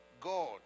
God